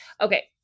Okay